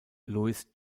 louis